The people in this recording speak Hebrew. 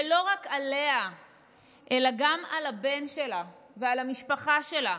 ולא רק עליה אלא גם על הבן שלה ועל המשפחה שלה,